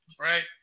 right